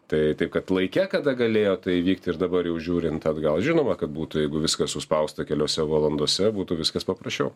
tai taip kad laike kada galėjo tai įvykti ir dabar jau žiūrint atgal žinoma kad būtų jeigu viskas suspausta keliose valandose būtų viskas paprasčiau